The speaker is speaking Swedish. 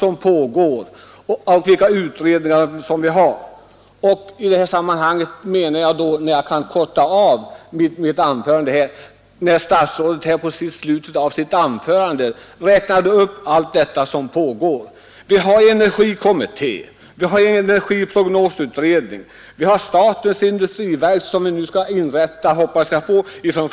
Ett flertal utredningar arbetar ju — jag behöver inte räkna upp dem alla utan kan korta av mitt inlägg, eftersom statsrådet i slutet av sitt anförande redovisade allt som pågår. Låt mig bara nämna energikommittén, energiprognosutredningen och statens industriverk, som jag hoppas kommer att inrättas den 1 juli i år.